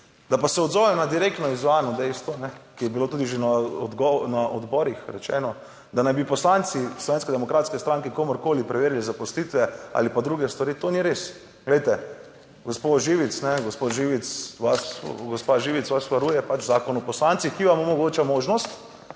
Da pa se odzovem na direktno izzvano dejstvo, ki je bilo tudi že na odborih rečeno, da naj bi poslanci Slovenske demokratske stranke komurkoli preverili zaposlitve ali pa druge stvari. To ni res. Glejte, gospo Živic, kajne, gospo Živic vas, gospa Živic, vas varuje pač Zakon o poslancih, ki vam omogoča možnost,